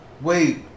Wait